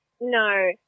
No